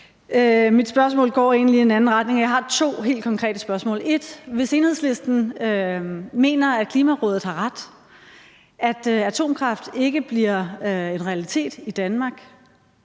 Mine spørgsmål går egentlig i en anden retning. Jeg har to helt konkrete spørgsmål. Spørgsmål 1): Hvis Enhedslisten mener, at Klimarådet har ret, altså at atomkraft ikke bliver en realitet i Danmark,